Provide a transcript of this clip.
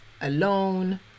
alone